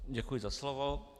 Děkuji za slovo.